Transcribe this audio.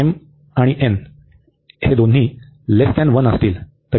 तर या प्रकरणात जेव्हा दोन्ही